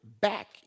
back